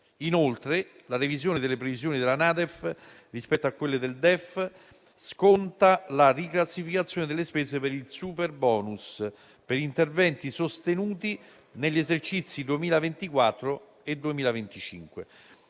Inoltre, la revisione delle previsioni della NADEF rispetto a quelle del DEF sconta la riclassificazione delle spese per il superbonus per interventi sostenuti negli esercizi 2024 e 2025.